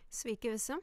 sveiki visi